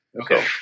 Okay